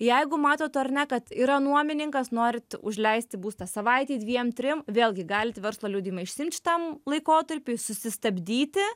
jeigu matot ar ne kad yra nuomininkas norit užleisti būstą savaitei dviem trim vėlgi galit verslo liudijimą išsiimt šitam laikotarpiui susistabdyti